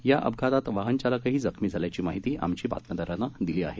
याअपघातातवाहनचालकहीजखमीझाल्याचीमाहितीआमच्याबातमीदारानंदिलीआहे